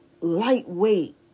lightweight